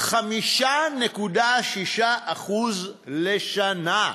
5.6% לשנה,